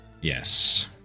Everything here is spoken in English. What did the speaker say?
Yes